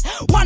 One